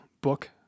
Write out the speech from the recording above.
book